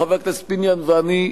חבר הכנסת פיניאן ואני,